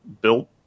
built